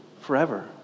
forever